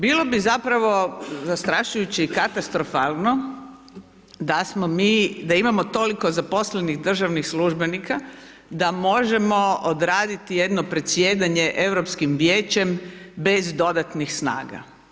Bilo bi zapravo zastrašujuće i katastrofalno da smo mi, da imamo toliko zaposlenih državnih službenika da možemo odraditi jedno predsjedanje Europskim vijećem bez dodatnih snaga.